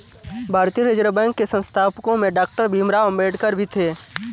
भारतीय reserve bank के संस्थापकों में डॉक्टर भीमराव अंबेडकर भी थे